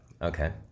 Okay